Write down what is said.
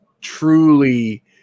truly